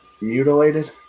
Mutilated